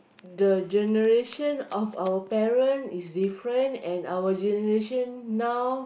the generation of our parent is different and our generation now